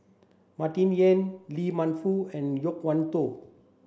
Martin Yan Lee Man Fong and Loke Wan Tho